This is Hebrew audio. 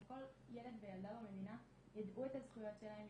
שכל ילד וילדה במדינה יידעו את הזכויות שלהם,